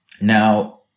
Now